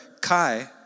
Kai